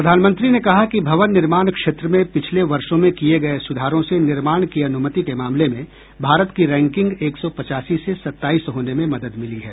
प्रधानमंत्री ने कहा कि भवन निर्माण क्षेत्र में पिछले वर्षो में किए गए सुधारों से निर्माण की अनुमति के मामले में भारत की रैंकिंग एक सौ पचासी से सताईस होने में मदद मिली है